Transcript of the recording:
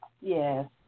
Yes